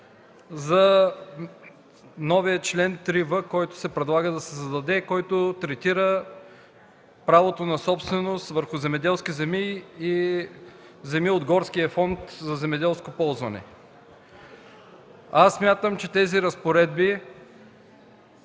за новия чл. 3б, който се предлага да се създаде и който третира правото на собственост върху земеделски земи и земи от горския фонд за земеделско ползване. Аз смятам, че тези разпоредби